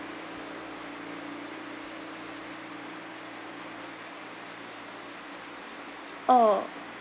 oh